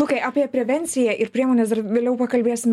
lukai apie prevenciją ir priemones dar vėliau pakalbėsim